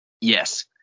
Yes